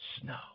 Snow